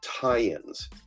tie-ins